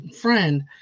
friend